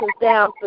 down